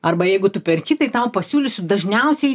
arba jeigu tu perki tai tau pasiūlysiu dažniausiai